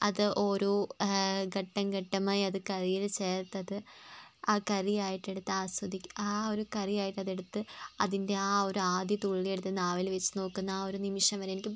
അത് ഓരോ ഘട്ടം ഘട്ടമായി അത് കറിയിൽ ചേർത്തത് ആ കറിയായിട്ടെടുത്ത് ആസ്വദിച്ച് ആ ഒരു കറിയായിട്ട് അതെടുത്ത് അതിൻ്റെ ആ ഒരു ആദ്യ തുള്ളിയെടുത്ത് നാവിൽ വെച്ച് നോക്കുന്ന ആ ഒരു നിമിഷം വരെ എനിക്ക്